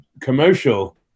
commercial